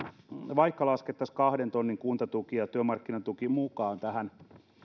vaikka laskettaisiin kahden tonnin kuntatuki ja työmarkkinatuki tähän